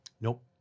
Nope